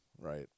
right